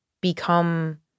become